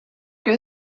que